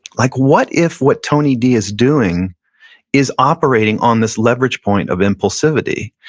like what if what tony d is doing is operating on this leverage point of impulsivity?